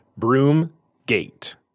Broomgate